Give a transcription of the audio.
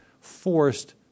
forced